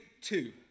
two